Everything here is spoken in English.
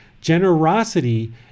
Generosity